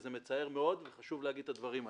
זה מצער מאוד, וחשוב להגיד את הדברים האלה.